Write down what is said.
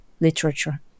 literature